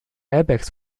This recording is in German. airbags